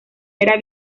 era